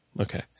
Okay